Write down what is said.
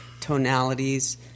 tonalities